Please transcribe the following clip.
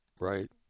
Right